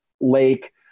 lake